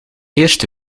eerste